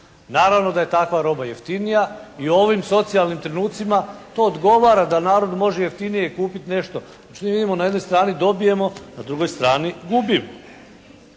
Naravno da je takva roba jeftinija i u ovim socijalnim trenucima to odgovora da narod može jeftinije kupiti nešto. Znači vidimo na jednoj strani dobijemo, na drugoj strani gubimo.